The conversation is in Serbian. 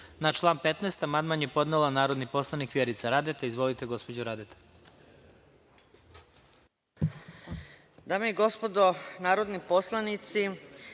član 2. amandman je podnela narodni poslanik Vjerica Radeta. Izvolite, gospođo Radeta.